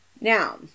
Now